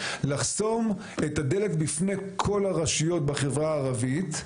לחסום את הדלת בפני כל הרשויות בחברה הערבית,